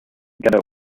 ghetto